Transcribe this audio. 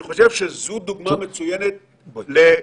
אני מבקש שבהמשך הדיון תינתן התשובה.